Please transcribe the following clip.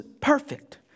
perfect